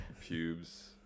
Pubes